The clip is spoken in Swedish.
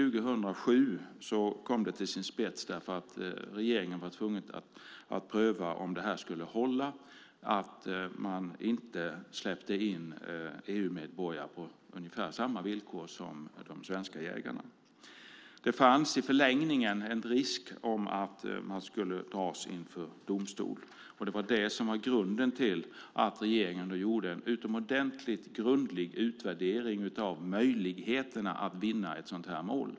År 2007 kom detta så att säga till sin spets. Regeringen var tvungen att pröva om det skulle hålla att inte släppa in EU-medborgare på ungefär samma villkor som de svenska jägarna. I en förlängning fanns risken att frågan skulle dras inför domstol. Det var grunden till regeringens utomordentligt grundliga utvärdering av möjligheterna att vinna ett sådant mål.